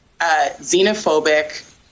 xenophobic